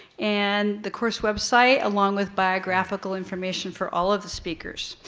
and the course website along with biographical information for all of the speakers.